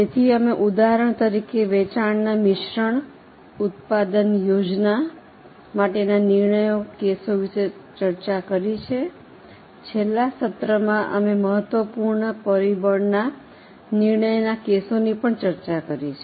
તેથી અમે ઉદાહરણ તરીકે વેચાણના મિશ્રણ ઉત્પાદન યોજના માટેના નિર્ણયના કેસો વિશે ચર્ચા કરી છે છેલ્લા સત્રમાં અમે મહત્વપૂર્ણ પરિબળના નિર્ણયના કેસોની પણ ચર્ચા કરી છે